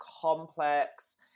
complex